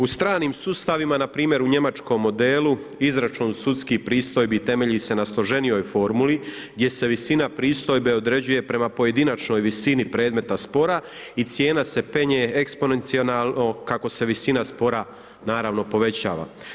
U stranim sustavima npr. u njemačkom modelu izračun sudskih pristojbi temelji se na složenijoj formuli gdje se visina pristojbe određuje prema pojedinačnoj visini predmeta spora i cijena se penje eksponencionalno kako se visina spora naravno povećava.